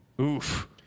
Oof